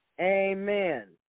Amen